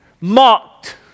mocked